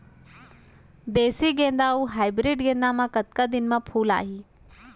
देसी गेंदा अऊ हाइब्रिड गेंदा म कतका दिन म फूल आही?